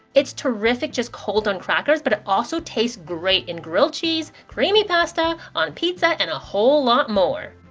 it's terrific just cold on crackers but it also tastes great in grilled cheese, creamy pasta, on pizza and a whole lot more.